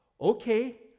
okay